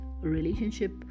relationship